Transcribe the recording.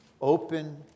Open